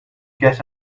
get